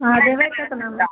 अहाँ देबै कितनामे